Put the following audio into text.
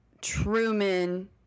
Truman